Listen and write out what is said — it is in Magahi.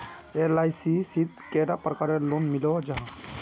एल.आई.सी शित कैडा प्रकारेर लोन मिलोहो जाहा?